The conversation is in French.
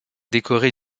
décoré